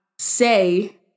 say